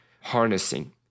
harnessing